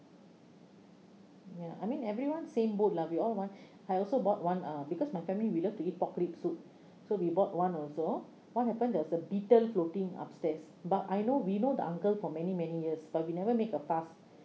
ya I mean everyone same boat lah you all want I also bought one ah because my family we love to eat pork rib soup so we bought one also what happened there was a beetle floating upstairs but I know we know the uncle for many many years but we never make a fuss